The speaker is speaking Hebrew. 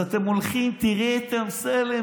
אז אתם הולכים: תראה את אמסלם,